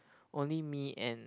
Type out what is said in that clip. only me and